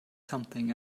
something